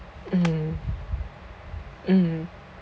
mm mm